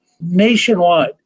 nationwide